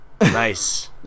Nice